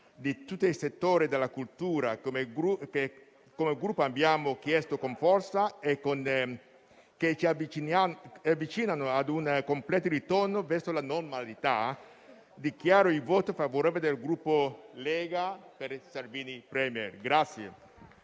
di tutti i settori della cultura, che come Gruppo abbiamo chiesto con forza e che ci avvicinano ad un completo ritorno alla normalità, dichiaro il voto favorevole del Gruppo al provvedimento in esame.